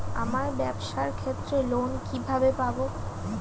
আমার ব্যবসার ক্ষেত্রে লোন কিভাবে পাব?